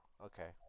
okay